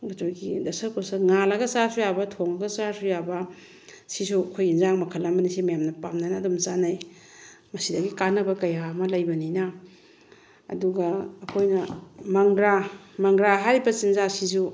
ꯑꯗꯨꯗꯒꯤ ꯗꯁꯀꯨꯁ ꯉꯥꯜꯂꯒ ꯆꯥꯔꯁꯨ ꯌꯥꯕ ꯊꯣꯡꯉꯒ ꯆꯥꯔꯁꯨ ꯌꯥꯕ ꯁꯤꯁꯨ ꯑꯩꯈꯣꯏꯒꯤ ꯑꯦꯟꯁꯥꯡ ꯃꯈꯜ ꯑꯃꯅꯤ ꯁꯤ ꯃꯌꯥꯝꯅ ꯄꯥꯝꯅꯅ ꯑꯗꯨꯝ ꯆꯥꯟꯅꯩ ꯃꯁꯤꯗꯒꯤ ꯀꯥꯟꯅꯕ ꯀꯌꯥ ꯑꯃ ꯂꯩꯕꯅꯤꯅ ꯑꯗꯨꯒ ꯑꯩꯈꯣꯏꯅ ꯃꯪꯒ꯭ꯔꯥ ꯃꯪꯒ꯭ꯔꯥ ꯍꯥꯏꯔꯤꯕ ꯆꯤꯟꯖꯥꯛꯁꯤꯁꯨ